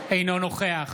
אינו נוכח